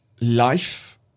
life